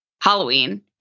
Halloween